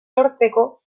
lortzeko